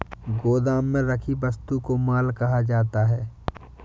गोदाम में रखी वस्तु को माल कहा जाता है